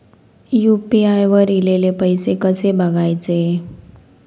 UPI वर ईलेले पैसे कसे बघायचे?